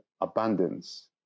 abundance